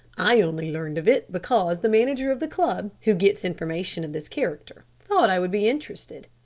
i only learnt of it because the manager of the club, who gets information of this character, thought i would be interested.